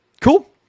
Cool